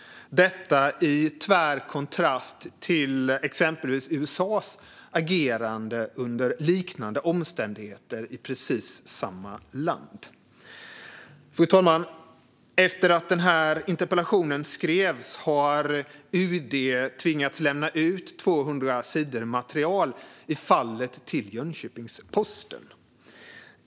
Detta står i tvär kontrast till exempelvis USA:s agerande under liknande omständigheter i precis samma land. Fru talman! Efter att interpellationen skrevs har UD tvingats lämna ut 200 sidor material om fallet till Jönköpings-Posten.